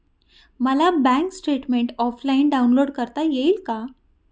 मला bank statement offline download करता येईल का?